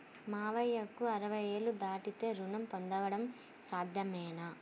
మామయ్యకు అరవై ఏళ్లు దాటితే రుణం పొందడం సాధ్యమేనా?